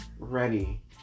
ready